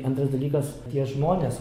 antras dalykas tie žmonės